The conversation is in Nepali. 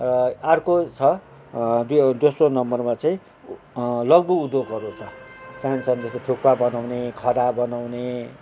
र अर्को छ दुयो दोस्रो नम्बरमा चाहिँ लघु उद्योगहरू छ सान सानो जस्तो थुक्पा बनाउने खदा बनाउने